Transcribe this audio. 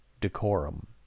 decorum